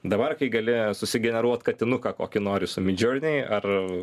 dabar kai gali susigeneruot katinuką kokį noriu su midjourney ar